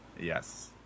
Yes